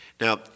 Now